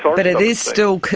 but it is still.